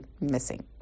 missing